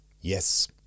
Yes